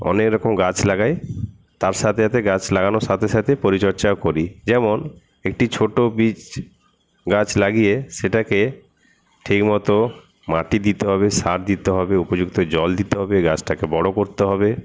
অনেকরকম গাছ লাগাই তার সাথে সাথে গাছ লাগানোর সাথে সাথে পরিচর্যাও করি যেমন একটি ছোট বীজ গাছ লাগিয়ে সেটাকে ঠিকমতো মাটি দিতে হবে সার দিতে হবে উপযুক্ত জল দিতে হবে গাছটাকে বড়ো করতে হবে